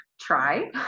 try